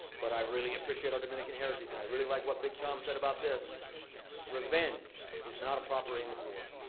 but i really appreciate our dominican heritage and i really like what big tom said about this revenge is not a proper aim of war.